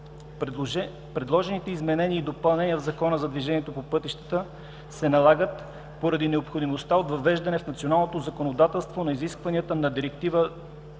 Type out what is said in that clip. Предложените изменения и допълнения в Закона за движението по пътищата (ЗДвП) се налагат поради необходимостта от въвеждане в националното законодателство на изискванията на Директива